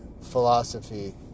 philosophy